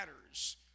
matters